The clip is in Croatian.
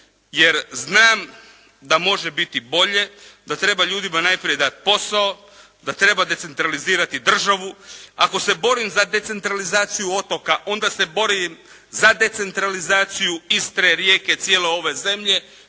jer znam da može biti bolje, da treba ljudima najprije dati posao, da treba decentralizirati državu. Ako se borim za decentralizaciju otoka onda se borim za decentralizaciju Istre, Rijeke, cijele ove zemlje.